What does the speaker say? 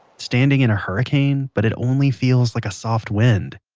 standing in a hurricane but it only feels like a soft wind.